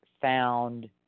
found